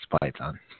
Python